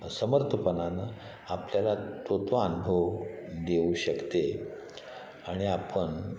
समर्थपणानं आपल्याला तो तो अनुभव देऊ शकते आणि आपण